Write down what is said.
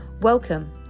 Welcome